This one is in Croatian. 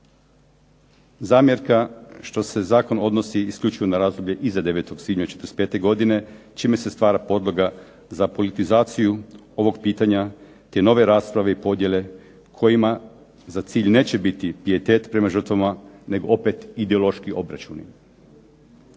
zamjerka što se zakon odnosi isključivo na razdoblje iza 9. svibnja '45. godine čime se stvara podlogu za politizaciju ovog pitanja te nove rasprave i podjele kojima za cilj neće biti pijetet prema žrtvama nego opet ideološki obračuni.